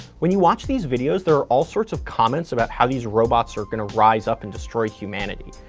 when you watch these videos, there are all sorts of comments about how these robots are going to rise up and destroy humanity.